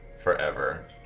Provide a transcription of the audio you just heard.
forever